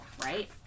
right